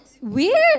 weird